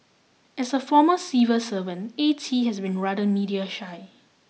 as a former civil servant A T has been rather media shy